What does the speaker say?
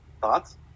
Thoughts